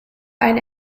ein